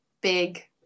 big